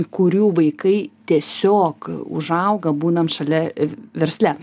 kurių vaikai tiesiog užauga būnam šalia versle